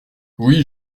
oui